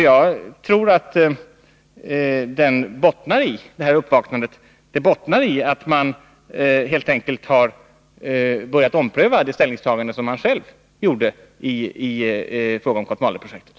Jag tror att detta uppvaknande bottnar i att man helt enkelt har börjat ompröva det ställningstagande som man själv gjorde i fråga om Kotmaleprojektet.